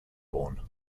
born